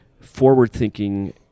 forward-thinking